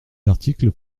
articles